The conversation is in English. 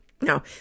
no